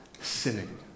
sinning